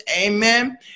Amen